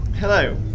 Hello